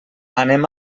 anem